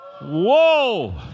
Whoa